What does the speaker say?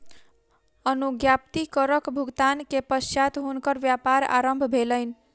अनुज्ञप्ति करक भुगतान के पश्चात हुनकर व्यापार आरम्भ भेलैन